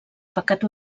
pecat